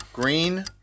Green